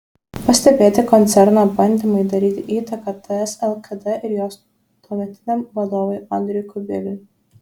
pastebėti koncerno bandymai daryti įtaką ts lkd ir jos tuometiniam vadovui andriui kubiliui